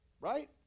Right